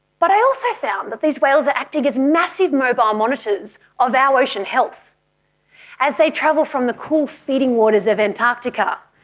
but i also found that these whales are acting as massive mobile monitors of our ocean health as they travel from the cool feeding waters of antarctica,